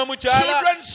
children